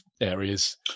areas